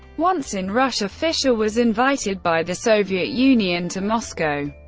once in russia, fischer was invited by the soviet union to moscow,